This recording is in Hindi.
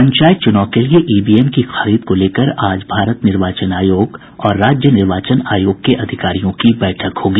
पंचायत चूनाव के लिए ईवीएम की खरीद को लेकर आज भारत निर्वाचन आयोग और राज्य निर्वाचन आयोग के अधिकारियों की बैठक होगी